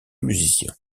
musicien